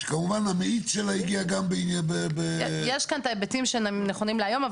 שכמובן המאיץ שלה הגיע גם --- יש כאן את ההיבטים שנכונים להיום,